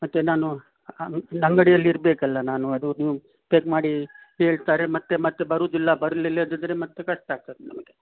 ಮತ್ತು ನಾನು ಅಂಗಡಿಯಲ್ಲಿ ಇರಬೇಕಲ್ಲಾ ನಾನು ಅದು ಅದು ಪ್ಯಾಕ್ ಮಾಡಿ ಹೇಳ್ತಾರೆ ಮತ್ತೆ ಮತ್ತೆ ಬರೋದಿಲ್ಲ ಬರಲಿಲ್ಲ ಇದಿದ್ದರೆ ಮತ್ತೆ ಕಷ್ಟ ಆಗ್ತದೆ ನಮಗೆ